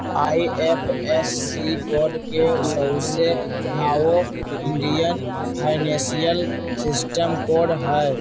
IFSC code के सऊसे नाओ इंडियन फाइनेंशियल सिस्टम कोड हई